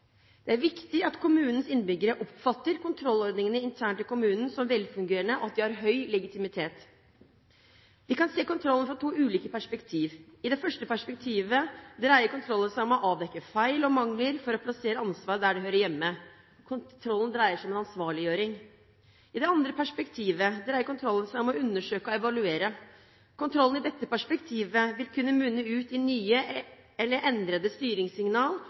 det som har skjedd, og det som skjer. Det er viktig at kommunens innbyggere oppfatter kontrollordningene internt i kommunen som velfungerende, og at de har høy legitimitet. Vi kan se kontrollen fra to ulike perspektiver. I det første perspektivet dreier kontrollen seg om å avdekke feil og mangler for å plassere ansvaret der det hører hjemme. Kontrollen dreier seg om ansvarliggjøring. I det andre perspektivet dreier kontrollen seg om å undersøke og evaluere. Kontrollen i dette perspektivet vil kunne munne ut i nye eller endrede